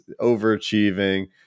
Overachieving